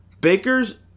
Baker's